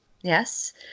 Yes